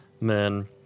men